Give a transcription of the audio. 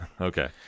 Okay